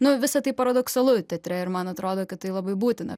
nu visą tai paradoksalu teatre ir man atrodo kad tai labai būtina